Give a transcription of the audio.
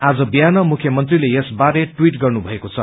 आज बिहान मुख्यमन्त्रीले यसबारे ट्वीट गर्नुभएको छ